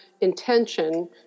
intention